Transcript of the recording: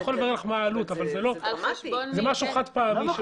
זה משהו חד פעמי.